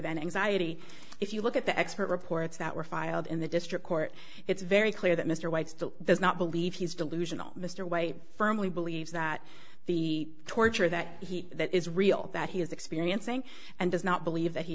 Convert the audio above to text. than anxiety if you look at the expert reports that were filed in the district court it's very clear that mr white still does not believe he's delusional mr white firmly believes that the torture that he that is real that he is experiencing and does not believe that he